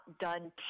done